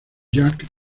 jacques